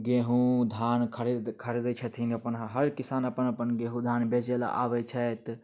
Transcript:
गेहूँ धान खरीद खरिदैत छथिन अपन हर किसान अपन अपन गेहूँ धान बेचऽ लए आबै छथि